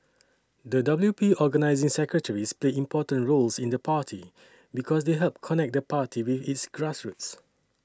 the W P organising secretaries play important roles in the party because they help connect the party with its grassroots